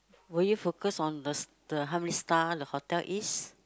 will you focus on the st~ the how many star the hotel is